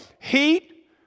heat